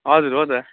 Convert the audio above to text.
हजुर हो त